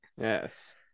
Yes